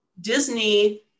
Disney